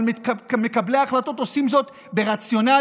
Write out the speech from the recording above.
אבל מקבלי ההחלטות עושים זאת ברציונליות,